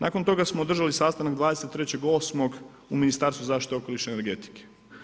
Nakon toga smo održali sastanak 23.8. u Ministarstvu zaštite okoliša i energetike.